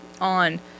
on